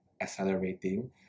accelerating